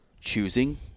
choosing